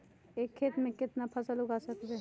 एक खेत मे केतना फसल उगाय सकबै?